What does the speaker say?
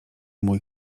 mój